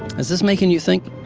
is this making you think?